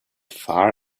far